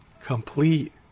complete